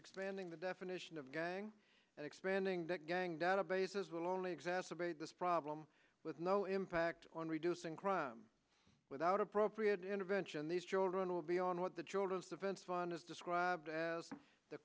expanding the definition of gang and expanding the gang databases will only exacerbate this problem with no impact on reducing crime without appropriate intervention these children will be on what the children's defense fund is described as the